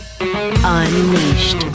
Unleashed